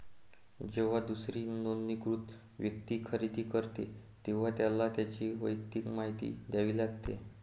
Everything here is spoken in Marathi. जेव्हा दुसरी नोंदणीकृत व्यक्ती खरेदी करते, तेव्हा त्याला त्याची वैयक्तिक माहिती द्यावी लागते